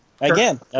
Again